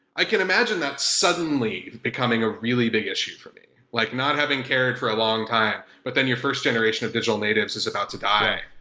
i can imagine that suddenly becoming a really big issue for me. like not having cared for a long time, but then your first generation of digital natives is about to die.